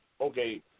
okay